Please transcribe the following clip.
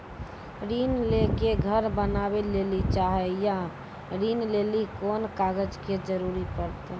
ऋण ले के घर बनावे लेली चाहे या ऋण लेली कोन कागज के जरूरी परतै?